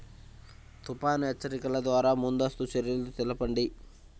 తుఫాను హెచ్చరికల ద్వార ముందస్తు చర్యలు తెలపండి?